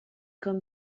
com